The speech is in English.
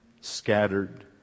scattered